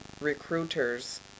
recruiters